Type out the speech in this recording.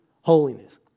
holiness